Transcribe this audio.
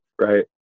right